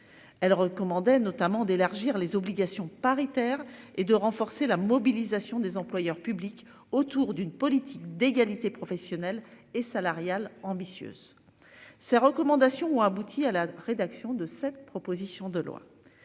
Elle recommandait notamment d'élargir les obligations paritaire et de renforcer la mobilisation des employeurs publics autour d'une politique d'égalité professionnelle et salariale ambitieuse. Ces recommandations ont abouti à la rédaction de cette proposition de loi.